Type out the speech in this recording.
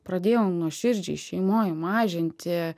pradėjau nuoširdžiai šeimoj mažinti